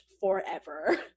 forever